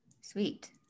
Sweet